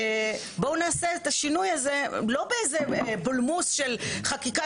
בואו נעשה את השינוי הזה לא בבולמוס של חקיקה,